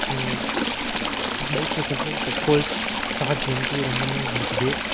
பைக்குக்கு வந்து petrols charge வந்து ரொம்பவுமே பிடிக்குது